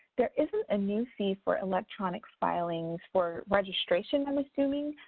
there's isn't a new fee for electronic filings for registration, i'm assuming.